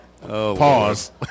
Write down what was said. pause